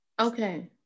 Okay